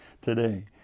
today